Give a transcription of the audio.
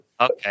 Okay